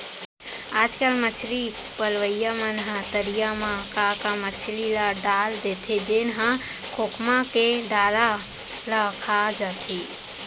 आजकल मछरी पलइया मन ह तरिया म का का मछरी ल डाल देथे जेन ह खोखमा के डारा ल खा जाथे